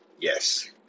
Yes